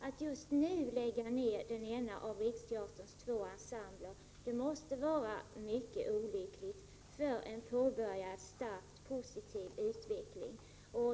Att just nu lägga ner den ena av Riksteaterns två och hygieniska preparat ensembler måste vara mycket olyckligt för en påbörjad starkt positiv utveckling.